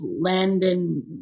Landon